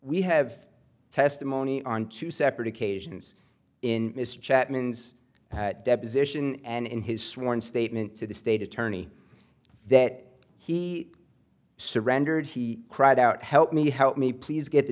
we have testimony on two separate occasions in mr chapman's deposition and in his sworn statement to the state attorney that he surrendered he cried out help me help me please get the